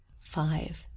five